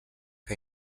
que